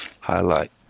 highlight